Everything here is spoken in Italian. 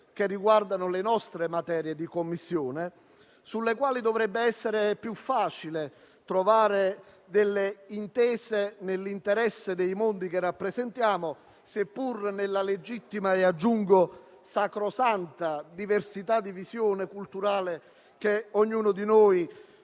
che riguardano le materie di sua competenza sulle quali dovrebbe essere più facile trovare delle intese nell'interesse dei mondi che rappresentiamo, seppur nella legittima e sacrosanta diversità di visione culturale di cui ognuno di noi